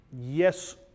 yes